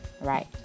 Right